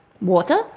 water